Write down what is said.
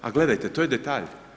Ali, gledajte to je detalj.